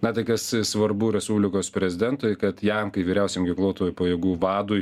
na tai kas svarbu respublikos prezidentui kad jam kaip vyriausiam ginkluotųjų pajėgų vadui